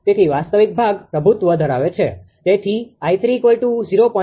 તેથી વાસ્તવિક ભાગ પ્રભુત્વ ધરાવે છે